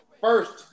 First